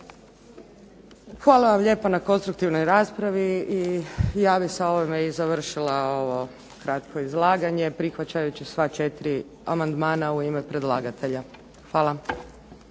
Hvala vam lijepa na konstruktivnoj raspravi i ja bih sa ovime i završila ovo kratko izlaganje prihvaćajući sva četiri amandmana u ime predlagatelja. Hvala.